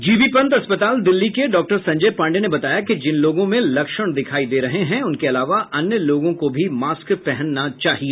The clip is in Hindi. जीबी पंत अस्पताल दिल्ली के डॉ संजय पांडेय ने बताया कि जिन लोगों में लक्षण दिखाई दे रहे हैं अनके अलावा अन्य लोगों को भी मास्क पहनना चाहिए